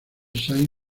saint